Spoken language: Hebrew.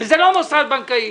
וזה לא מוסד בנקאי.